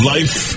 Life